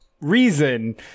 reason